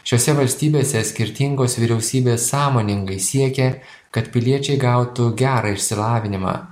šiose valstybėse skirtingos vyriausybės sąmoningai siekia kad piliečiai gautų gerą išsilavinimą